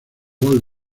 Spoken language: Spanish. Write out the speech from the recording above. gol